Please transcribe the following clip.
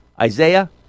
Isaiah